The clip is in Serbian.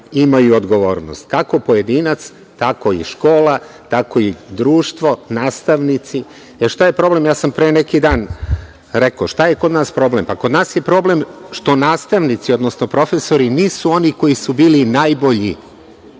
imaju odgovornost, kako pojedinaca, tako i škola, tako i društvo, nastavnici. Jer, šta je problem, ja sam pre neki dan rekao šta je kod nas problem? Kod nas je problem što nastavnici, odnosno profesori nisu oni koji su bili najbolji